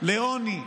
לעוני ולבורות,